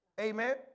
Amen